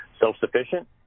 self-sufficient